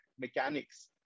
mechanics